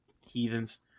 heathens